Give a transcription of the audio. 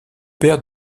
père